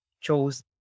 chose